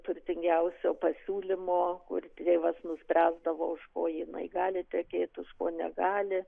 turtingiausio pasiūlymo kur tėvas nuspręsdavo už ko jinai gali tekėti už ko negali